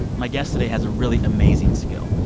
my guest today has a really amazing skill.